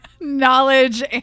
knowledge